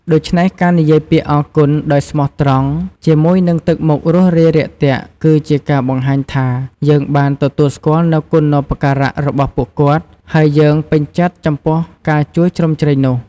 ដូច្នេះ ការនិយាយពាក្យ អរគុណ ដោយស្មោះត្រង់ ជាមួយនឹងទឹកមុខរួសរាយរាក់ទាក់ គឺជាការបង្ហាញថា យើងបានទទួលស្គាល់នូវគុណូបការៈរបស់ពួកគាត់ ហើយយើងពេញចិត្តចំពោះការជួយជ្រោមជ្រែងនោះ។